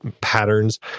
patterns